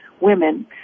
women